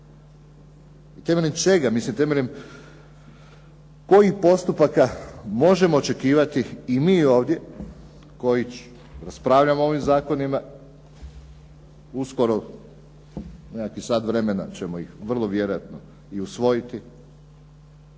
I temeljem čega, mislim temeljem kojih postupaka možemo očekivati i mi ovdje koji raspravljamo o ovim zakonima, uskoro, nekakvih sat vremena ćemo ih vrlo vjerojatno i usvojiti,